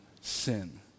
sin